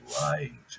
lying